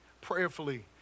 prayerfully